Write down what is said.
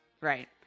right